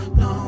no